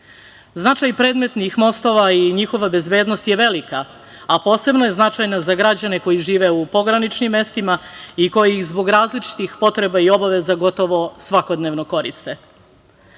Značaj predmetnih mostova i njihova bezbednost je velika a posebno je značajna za građane koji žive u pograničnim mestima i koji zbog različitih potreba i obaveza gotovo svakodnevno koriste. Pored